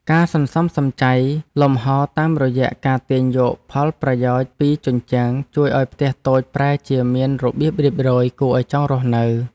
ការសន្សំសំចៃលំហរតាមរយៈការទាញយកផលប្រយោជន៍ពីជញ្ជាំងជួយឱ្យផ្ទះតូចប្រែជាមានរបៀបរៀបរយគួរឱ្យចង់រស់នៅ។